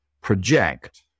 project